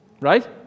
Right